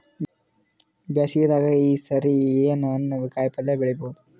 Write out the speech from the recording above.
ಬ್ಯಾಸಗಿ ದಾಗ ಈ ಸರಿ ಏನ್ ಹಣ್ಣು, ಕಾಯಿ ಪಲ್ಯ ಬೆಳಿ ಬಹುದ?